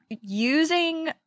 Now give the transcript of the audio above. using